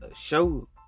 show